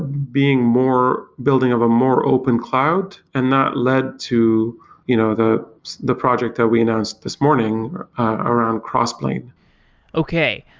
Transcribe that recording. being more building of a more open cloud, and that led to you know the the project that we announced this morning around crossplane okay.